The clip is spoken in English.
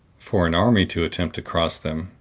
for an army to attempt to cross them,